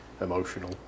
emotional